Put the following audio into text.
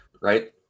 Right